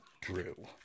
drew